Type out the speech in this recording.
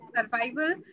survival